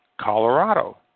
Colorado